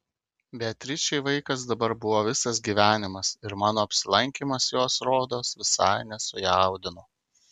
beatričei vaikas dabar buvo visas gyvenimas ir mano apsilankymas jos rodos visai nesujaudino